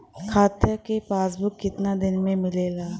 खाता के पासबुक कितना दिन में मिलेला?